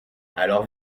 alors